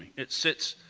it sits